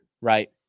right